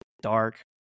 dark